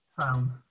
sound